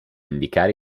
indicare